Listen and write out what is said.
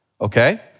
Okay